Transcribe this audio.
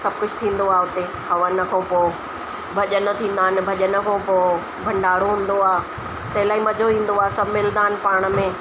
सभु कुझु थींदो आहे उते हवन खां पोइ भॼन थींदा आहिनि भॼन खां पोइ भंडारो हूंदो आहे इलाही मज़ो ईंदो आहे सभु मिलंदा आहिनि पाण में